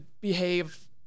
behave